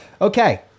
Okay